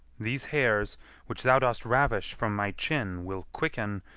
these hairs which thou dost ravish from my chin will quicken,